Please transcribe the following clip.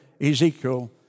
Ezekiel